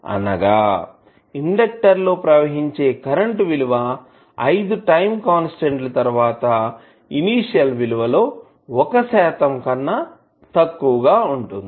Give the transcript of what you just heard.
అనగా ఇండెక్టర్ లో ప్రవహించే కరెంటు విలువ 5 టైం కాన్స్టాంట్ లు తర్వాత ఇనీషియల్ విలువ లో 1 శాతం కన్నా తక్కువగా ఉంటుంది